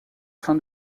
fin